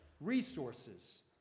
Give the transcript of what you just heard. resources